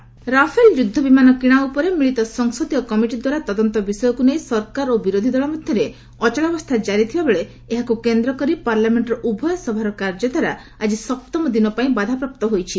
parliament Rafale ଯୁଦ୍ଧ ବିମାନ କିଶା ଉପରେ ମିଳିତ ସଂସଦୀୟ କମିଟି ଦ୍ୱାରା ତଦନ୍ତ ବିଷୟକ୍ର ନେଇ ସରକାର ଓ ବିରୋଧୀ ଦଳ ମଧ୍ୟରେ ଅଚଳାବସ୍ଥା ଜାରି ଥିବା ବେଳେ ଏହାକୁ କେନ୍ଦ୍ରକରି ପାର୍ଲାମେଣ୍ଟର ଉଭୟ ସଭାର କାର୍ଯ୍ୟଧାରା ଆଜି ସପ୍ତମ ଦିନ ପାଇଁ ବାଧାପ୍ରାପ୍ତ ହୋଇଛି